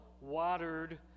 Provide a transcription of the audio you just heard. watered